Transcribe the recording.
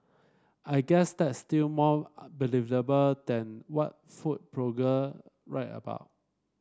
I guess that's still more believable than what food blogger write about